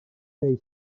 day